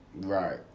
Right